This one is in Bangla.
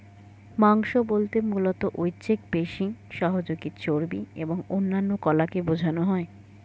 মাংস বলতে মূলত ঐচ্ছিক পেশি, সহযোগী চর্বি এবং অন্যান্য কলাকে বোঝানো হয়